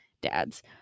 dads